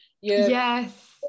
yes